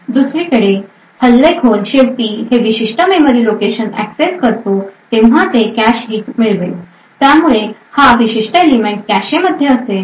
दुसरीकडे जेव्हा हल्लेखोर शेवटी हे विशिष्ट मेमरी लोकेशन ऍक्सेस करतो तेंव्हा हे कॅशे हिट मिळवेल त्यामुळे हा विशिष्ट एलिमेंट कॅशे मध्ये असेल